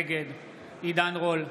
נגד עידן רול,